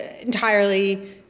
entirely